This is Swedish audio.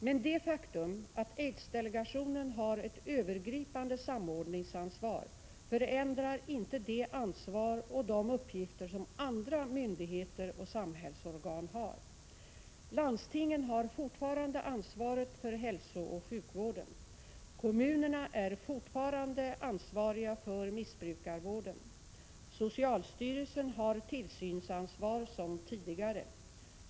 Men det faktum att aidsdelegationen har ett övergripande samordningsansvar förändrar inte det ansvar och de uppgifter som andra myndigheter och samhällsorgan har. Landstingen har fortfarande ansvaret för hälsooch sjukvården. Kommunerna är fortfarande ansvariga för missbrukarvården. Socialstyrelsen har tillsynsansvar som tidigare.